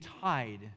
tied